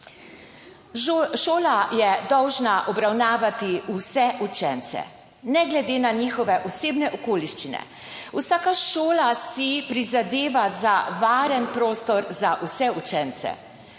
Šola je dolžna obravnavati vse učence, ne glede na njihove osebne okoliščine. Vsaka šola si prizadeva za varen prostor za vse učence,